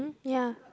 ya